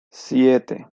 siete